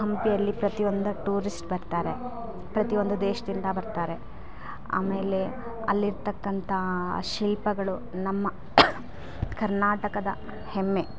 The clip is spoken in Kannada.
ಹಂಪೆಯಲ್ಲಿ ಪ್ರತಿಯೊಂದು ಟೂರಿಸ್ಟ್ ಬರ್ತಾರೆ ಪ್ರತಿಯೊಂದು ದೇಶದಿಂದ ಬರ್ತಾರೆ ಆಮೇಲೆ ಅಲ್ಲಿರತಕ್ಕಂಥ ಶಿಲ್ಪಗಳು ನಮ್ಮ ಕರ್ನಾಟಕದ ಹೆಮ್ಮೆ